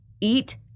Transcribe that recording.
eat